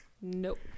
nope